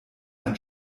ein